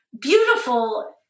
beautiful